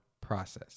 process